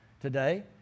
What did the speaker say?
today